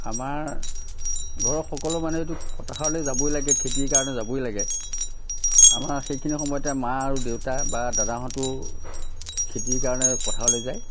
আমাৰ ঘৰৰ সকলো মানুহেতো পথাৰলৈ যাবই লাগে খেতিৰ কাৰণে যাবই লাগে আমাৰ সেইখিনি সময়তে মা আৰু দেউতা বা দাদাহঁতো খেতিৰ কাৰণে পথাৰলৈ যায়